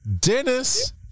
dennis